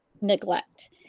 neglect